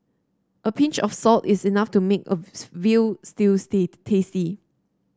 a pinch of salt is enough to make a veal stew tasty